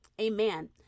Amen